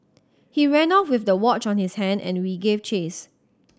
he ran off with the watch on his hand and we gave chase